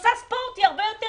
עושה ספורט, היא הרבה יותר